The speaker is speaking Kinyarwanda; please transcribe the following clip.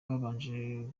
babanje